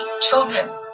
children